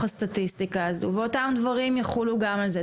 הסטטיסטיקה הזו ואותם דברים יחולו גם על זה,